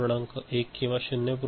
1 किंवा 0